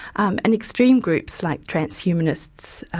and extreme groups like transhumanists,